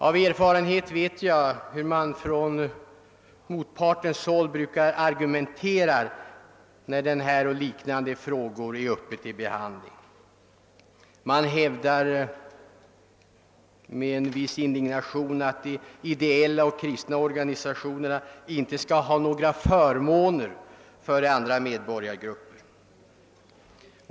Av erfarenhet vet jag hur motparten brukar agumentera när denna och liknande frågor är uppe till behandling: man hävdar med en viss indignation att de ideella och kristna organisationerna inte skall ha några förmåner framför andra medborgargrupper.